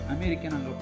American